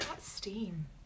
steam